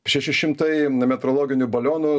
šeši šimtai metrologinių balionų